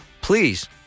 Please